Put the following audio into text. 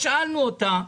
שאלנו אותה: